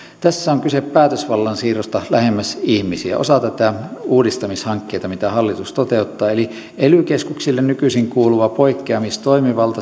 tässä on kyse päätösvallan siirrosta lähemmäksi ihmisiä osana näitä uudistamishankkeita mitä hallitus toteuttaa ely keskuksille nykyisin kuuluva poikkeamistoimivalta